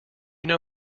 know